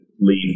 leave